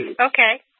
Okay